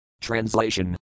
Translation